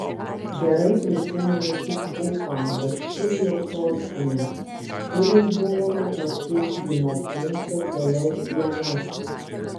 gerai prisimenu tik ufą baškirijos sostinę kur išbuvome paskirstymo punkte kelias dienas